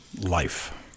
life